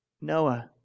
Noah